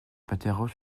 m’interroge